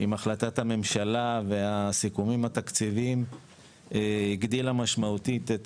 עם החלטת הממשלה והסיכומים התקציביים הגדילה משמעותית את